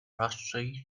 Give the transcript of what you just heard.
rusty